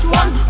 one